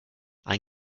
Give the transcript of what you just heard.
ein